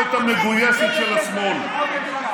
התקשורת המגויסת של השמאל.